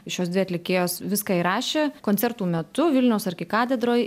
šios dvi atlikėjos viską įrašė koncertų metu vilniaus arkikatedroj